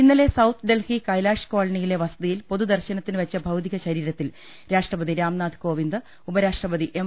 ഇന്നലെ സൌത്ത് ഡൽഹി ക്ടൈലാഷ് കോളനിയിലെ വസ തിയിൽ പൊതു ദർശനത്തിനുവെച്ച് ഭൌതികശരീരത്തിൽ രാഷ്ട്രപതി രാംനാഥ് കോവിന്ദ് ഉപരാഷ്ട്രപതി എം